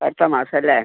അടുത്ത മാസം അല്ലേ